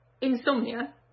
insomnia